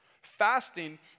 Fasting